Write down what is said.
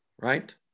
right